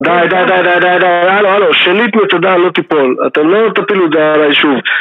די, די, די, די, די, די, הלו, הלו, שנית מצודה לא תיפול. אתה לא תפיל את זה עליי שוב.